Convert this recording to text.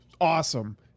Awesome